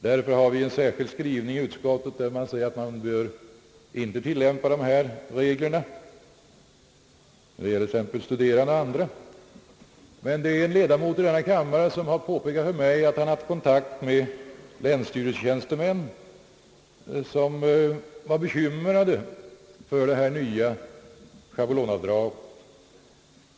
Därför har utskottet en särskild skrivning, där det sägs att man inte bör tillämpa dessa regler när det gäller t.ex. studerande och andra. Men en ledamot i denna kammare har påpekat för mig att han har haft kontakt med länsstyrelsetjänstemän som var bekymrade för detta nya schablonavdrag.